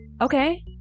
Okay